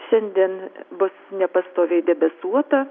šiandien bus nepastoviai debesuota